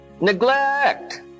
neglect